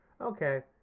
okay